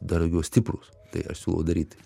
dar daugiau stiprūs tai aš siūlau daryti